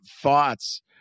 thoughts